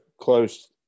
close